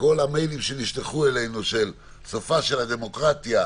וכל המיילים שנשלחו אלינו על "סופה של הדמוקרטיה",